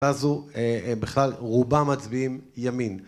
אז הוא, בכלל רובם מצביעים ימין